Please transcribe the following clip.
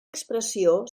expressió